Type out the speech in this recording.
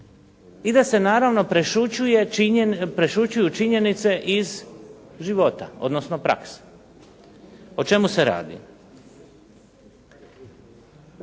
i da se naravno prešućuje činjenice iz života, odnosno prakse. O čemu se radi.